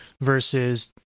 versus